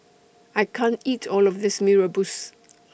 I can't eat All of This Mee Rebus